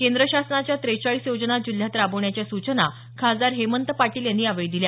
केंद्र शासनाच्या ट्रेचाळीस योजना जिल्ह्यात राबवण्याच्या सूचना खासदार हेमंत पाटील यांनी यावेळी दिल्या